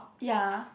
ya